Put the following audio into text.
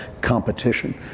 competition